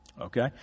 Okay